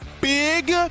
big